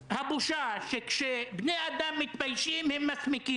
המקום הזה שאני מכבדת אותו ונרגשת מחדש כל פעם כשאני מגיעה לכאן,